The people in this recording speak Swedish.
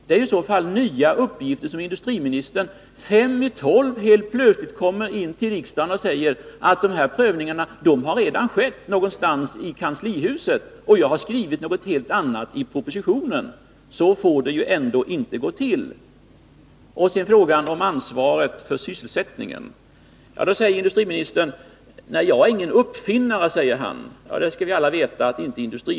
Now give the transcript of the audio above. Det är nya uppgifter som industriministern kommer med till riksdagen fem i tolv, när han säger att dessa prövningar redan skett någonstans i kanslihuset, trots att han skrivit något helt annat i propositionen. Så får det ändå inte gå till! Så till ftågan om ansvaret för sysselsättningen. Industriministern säger: Jag äringen uppfinnare. Nej, det skall vi alla veta att han inte är!